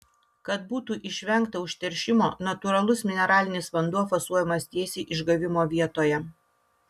kad būtų išvengta užteršimo natūralus mineralinis vanduo fasuojamas tiesiai išgavimo vietoje